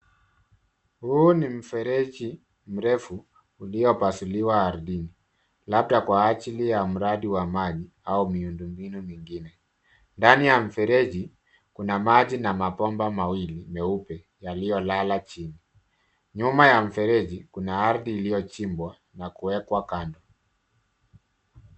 Huu ni mfereji mrefu uliopasuliwa ardhini. Labda kwa ajili ya mradi wa maji au miundombinu mingine. Ndani ya mfereji kuna maji na mabomba mawili meupe yaliyolala chini. Nyuma ya mfereji kuna ardhi iliyochimbwa na kuwekwa kando.